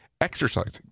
exercising